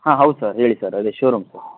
ಹಾಂ ಹೌದು ಸರ್ ಹೇಳಿ ಸರ್ ಅದೇ ಶೋರೂಮ್ ಸರ್